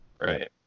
Right